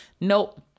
nope